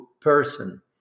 person